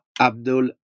Abdul